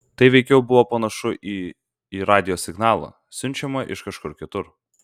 tai veikiau buvo panašu į į radijo signalą siunčiamą iš kažkur kitur